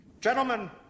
Gentlemen